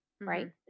Right